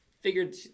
figured